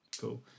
Cool